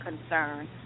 concern